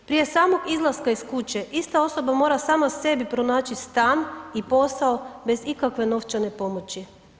Prije samog izlaska iz kuće ista osoba mora sama sebi pronaći stan i posao bez ikakve novčane pomoći.